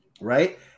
Right